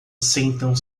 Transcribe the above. sentam